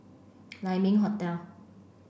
Lai Ming Hotel